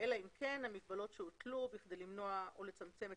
אלא אם כן המגבלות הוטלו בכדי למנוע או לצמצם את